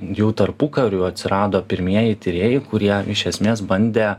jau tarpukariu atsirado pirmieji tyrėjai kurie iš esmės bandė